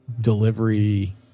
delivery